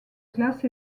classes